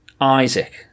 Isaac